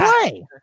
play